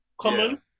common